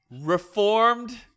reformed